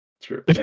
True